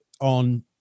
on